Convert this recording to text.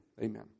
amen